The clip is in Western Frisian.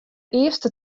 earste